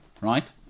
right